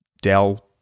Dell